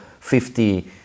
50